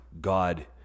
God